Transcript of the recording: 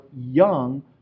young